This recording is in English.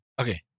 Okay